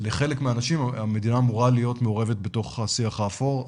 לחלק מהאנשים המדינה אמורה להיות מעורבת בתוך השיח האפור,